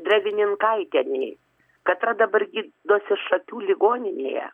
drevininkaitienei katra dabar gydosi šakių ligoninėje